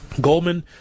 Goldman